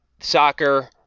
soccer